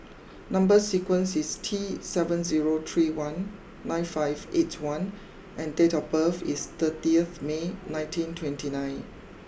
number sequence is T seven zero three one nine five eight one and date of birth is thirtieth May nineteen twenty nine